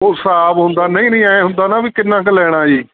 ਉਹ ਹਿਸਾਬ ਹੁੰਦਾ ਨਹੀਂ ਨਹੀਂ ਐਂ ਹੁੰਦਾ ਨਾ ਵੀ ਕਿੰਨਾ ਕੁ ਲੈਣਾ ਜੀ